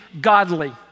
godly